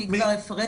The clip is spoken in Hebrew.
אני אפרט,